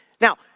Now